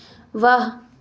वाह